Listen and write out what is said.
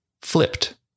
flipped